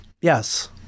Yes